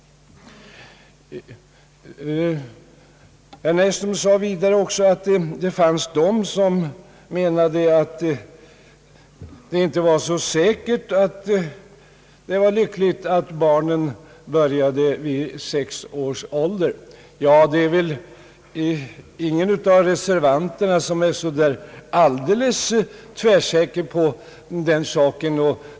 Herr Näsström sade vidare, att det fanns de som menade att det inte var så säkert att det var lyckligt att barnen började skolan vid sex års ålder. Det är väl heller ingen av reservanterna, som är alldeles tvärsäker på den saken.